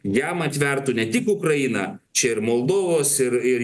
jam atvertų ne tik ukrainą čia ir moldovos ir ir